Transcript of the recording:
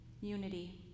Unity